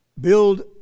build